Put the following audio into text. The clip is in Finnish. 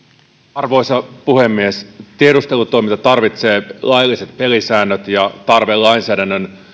arvoisa puhemies tiedustelutoiminta tarvitsee lailliset pelisäännöt tarve lainsäädännön